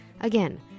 Again